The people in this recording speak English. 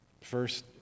First